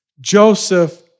Joseph